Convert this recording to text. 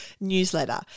newsletter